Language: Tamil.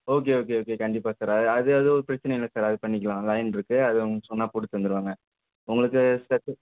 ஓகே ஓகே ஓகே கண்டிப்பாக சார் அது அது ஒரு பிரச்சனையும் இல்லை சார் அது பன்ணிக்கலாம் லைன் இருக்கு அது அவங்க சொன்னாப் போட்டுத் தந்துருவாங்க உங்களுக்கு ஸ்பெசல்